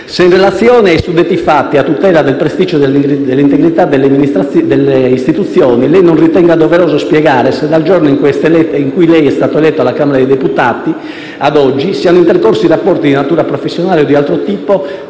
se in relazione ai suddetti fatti, a tutela del prestigio e dell'integrità delle istituzioni, lei non ritenga doveroso spiegare se dal giorno in cui lei è stato eletto alla Camera dei deputati a oggi siano intercorsi rapporti di natura professionale o di altro tipo